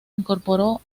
incorporó